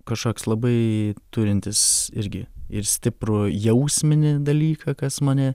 kažkoks labai turintis irgi ir stiprų jausminį dalyką kas mane